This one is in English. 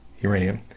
uranium